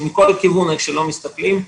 מכל כיוון ואיך שלא מסתכלים,